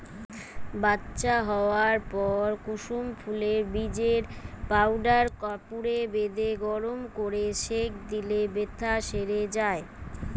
বাচ্চা হোয়ার পর কুসুম ফুলের বীজের পাউডার কাপড়ে বেঁধে গরম কোরে সেঁক দিলে বেথ্যা সেরে যায়